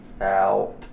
Out